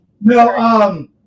No